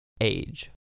Age